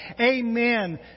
Amen